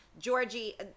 Georgie